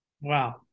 Wow